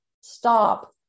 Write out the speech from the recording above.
stop